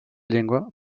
llengua